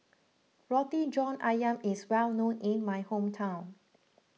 Roti John Ayam is well known in my hometown